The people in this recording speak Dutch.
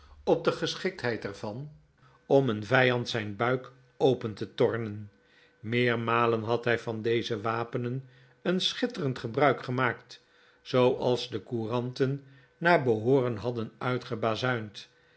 op de geschiktheid er van om een vijand zijn buik open te tornen meermalen had hij van deze wapenen een schitterend gebruik gemaakt zooals de couranten naar behooren hadden